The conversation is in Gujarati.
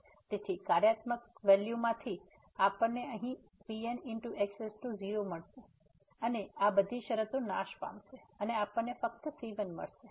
તેથી કાર્યાત્મક વેલ્યુમાંથી આપણણે અહીં Pnx0 મળશે અને આ બધી શરતો નાશ પામશે અને આપણને ફક્ત c1 મળશે